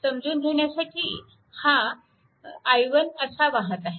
समजून घेण्यासाठी हा i 1 असा वाहत आहे